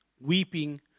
weeping